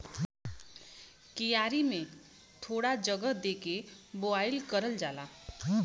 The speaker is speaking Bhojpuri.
क्यारी में थोड़ा जगह दे के बोवाई करल जाला